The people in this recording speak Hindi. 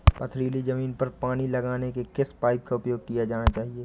पथरीली ज़मीन पर पानी लगाने के किस पाइप का प्रयोग किया जाना चाहिए?